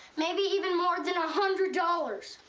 maybe even more than a hundred dollars.